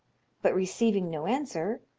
but receiving no answer,